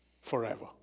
Forever